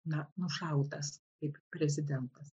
na nušautas kaip prezidentas